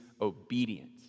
obedient